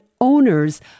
owners